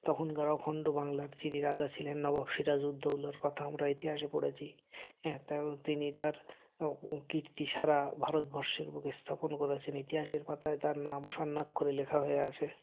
তখনকার অখণ্ড বাংলার যিনি রাজা ছিলেন নবাব সিরাজউদ্দৌলার কথা আমরা ইতিহাসে পড়েছি হ্যাঁ তাপর তিনি তার কীর্তি সারা ভারতবর্ষের বুকে স্থাপন করেছেন ইতিহাসের পাতায় তার নাম স্বর্ণাক্ষরে লেখা হয়ে আছে